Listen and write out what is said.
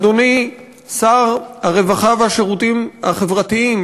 אדוני שר הרווחה והשירותים החברתיים,